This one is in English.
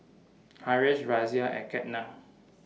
Haresh Razia and Ketna